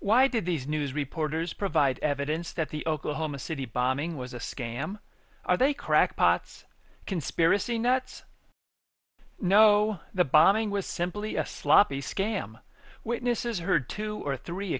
why did these news reporters provide evidence that the oklahoma city bombing was a scam are they crackpots conspiracy nuts no the bombing was simply a sloppy scam witnesses heard two or three